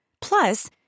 Plus